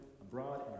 abroad